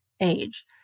age